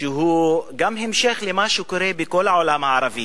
שהוא גם המשך למה שקורה בכל העולם הערבי,